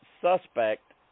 suspect